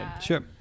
Sure